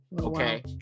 okay